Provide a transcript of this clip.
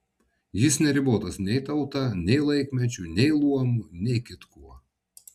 jis neribotas nei tauta nei laikmečiu nei luomu nei kitkuo